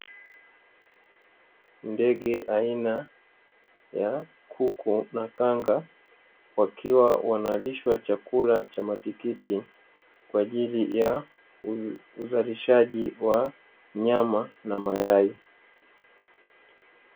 Ndege aina ya kuku na kanga wakiwa wanalishwa chakula cha matikiti kwaajili ya uzalishaji wa nyama na mayai.